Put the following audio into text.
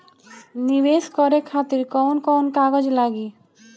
नीवेश करे खातिर कवन कवन कागज लागि?